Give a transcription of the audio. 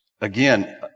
again